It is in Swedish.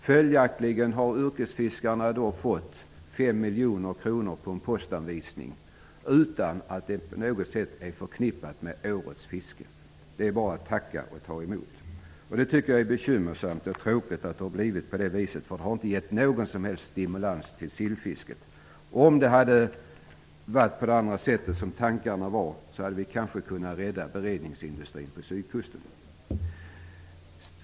Följaktligen har yrkesfiskarna fått 5 miljoner kronor på en postanvisning utan att pengarna på något sätt har varit förknippade med årets fiske. Det är bara att tacka och ta emot. Jag tycker att det är bekymmersamt och tråkigt att det har blivit så. Det har inte blivit någon stimulans för sillfisket. Om det hade blivit så som det var tänkt, hade kanske beredningsindustrin på sydkusten kunnat räddas.